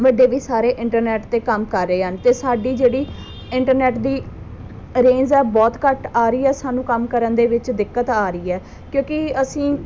ਵੱਡੇ ਵੀ ਸਾਰੇ ਇੰਟਰਨੈਟ 'ਤੇ ਕੰਮ ਕਰ ਰਹੇ ਹਨ ਅਤੇ ਸਾਡੀ ਜਿਹੜੀ ਇੰਟਰਨੈਟ ਦੀ ਰੇਂਜ ਆ ਬਹੁਤ ਘੱਟ ਆ ਰਹੀ ਹੈ ਸਾਨੂੰ ਕੰਮ ਕਰਨ ਦੇ ਵਿੱਚ ਦਿੱਕਤ ਆ ਰਹੀ ਹੈ ਕਿਉਂਕਿ ਅਸੀਂ